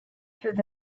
through